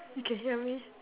you can hear me